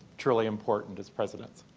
truly important as president?